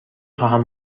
خواهم